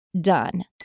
done